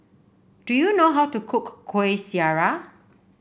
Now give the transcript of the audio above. do you know how to cook Kuih Syara